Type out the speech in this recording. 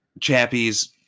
Chappie's